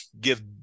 give